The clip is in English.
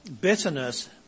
bitterness